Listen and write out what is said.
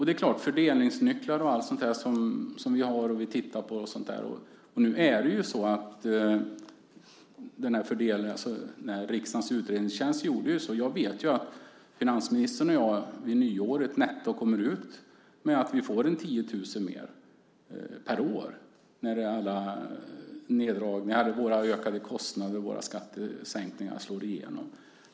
Det gäller fördelningsnycklar och annat som vi tittar på. Riksdagens utredningstjänst gjorde en undersökning som visar att sådana som finansministern och jag från nyåret kommer att få omkring 10 000 mer per år när alla våra ökade kostnader och skattesänkningar slår igenom.